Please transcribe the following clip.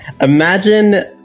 imagine